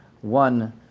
one